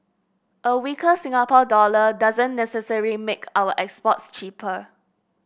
a weaker Singapore dollar doesn't necessary make our exports cheaper